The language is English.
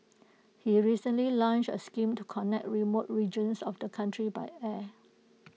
he recently launched A scheme to connect remote regions of the country by air